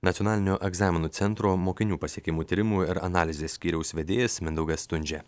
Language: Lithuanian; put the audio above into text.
nacionalinio egzaminų centro mokinių pasiekimų tyrimų ir analizės skyriaus vedėjas mindaugas stundžia